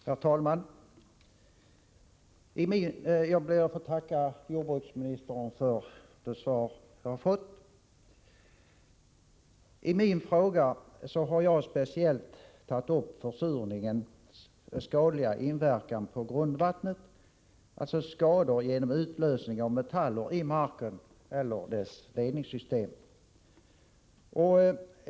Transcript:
Herr talman! Jag ber att få tacka jordbruksministern för det svar som jag har fått. I min fråga har jag speciellt tagit upp försurningens skadliga inverkan på grundvattnet, dvs. skador genom utlösning av metaller i marken och dess ledningssystem.